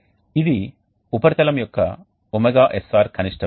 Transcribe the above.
ఇది ఉపరితలం యొక్క ωsr కనిష్ట విలువ